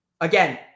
Again